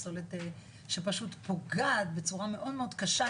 פסולת שפשוט פוגעת בצורה מאוד מאוד קשה,